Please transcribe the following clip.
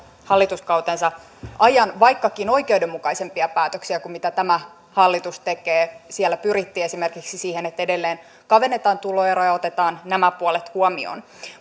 hallituskautensa ajan vaikkakin oikeudenmukaisempia päätöksiä kuin mitä tämä hallitus tekee siellä pyrittiin esimerkiksi siihen että edelleen kavennetaan tuloeroja ja otetaan nämä puolet huomioon